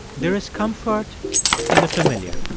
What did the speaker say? there is comfort in the familiar.